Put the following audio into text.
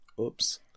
Oops